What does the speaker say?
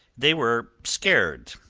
they were scared,